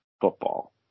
football